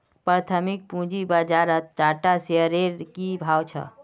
प्राथमिक पूंजी बाजारत टाटा शेयर्सेर की भाव छ